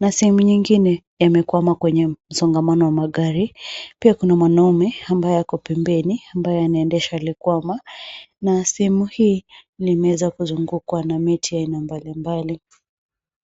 na sehemu nyingine yamekwama kwenye msongamano wa magari. Pia kuna mwanaume ambaye ako pembeni ambaye anaendesha rukwama na sehemu hii limeweza kuzungukwa na miti aina mbalimbali.